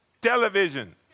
television